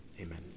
Amen